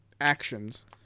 Actions